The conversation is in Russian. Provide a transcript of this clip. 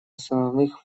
основных